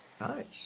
Nice